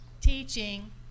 teaching